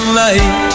light